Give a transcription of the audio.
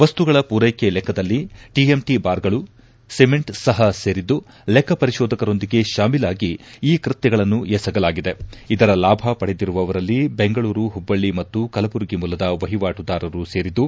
ವಸ್ತುಗಳ ಪೂರೈಕೆ ಲೆಕ್ಕದಲ್ಲಿ ಟಿಎಂಟಿ ಬಾರ್ಗಳು ಸಿಮೆಂಟ್ ಸಹಾ ಸೇರಿದ್ದು ಲೆಕ್ಕ ಪರಿಶೋಧಕರೊಂದಿಗೆ ಶಾಮೀಲಾಗಿ ಈ ಕೃತ್ಯಗಳನ್ನು ಎಸಗಲಾಗಿದೆ ಇದರ ಲಾಭ ಪಡೆದಿರುವವರಲ್ಲಿ ಬೆಂಗಳೂರು ಹುಬ್ಬಳ್ಳಿ ಮತ್ತು ಕಲಬುರಗಿ ಮೂಲದ ವಹಿವಾಟುದಾರರು ಸೇರಿದ್ದು